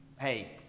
hey